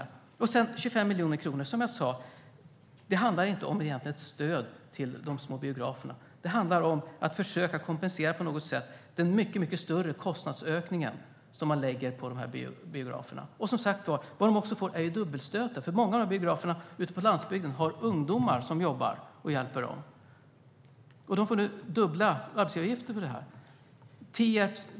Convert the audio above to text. Som jag sa är de 25 miljonerna egentligen inte ett stöd till de små biograferna, utan detta handlar om att man på något sätt ska försöka kompensera den mycket större kostnadsökningen som man lägger på dessa biografer. Det som de också får, som sagt, är dubbelstöten. Många av dessa biografer ute på landsbygden har nämligen ungdomar som jobbar och hjälper dem. Dessa biografer får nu dubbla arbetsgivaravgifter.